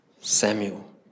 Samuel